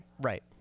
Right